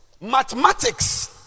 mathematics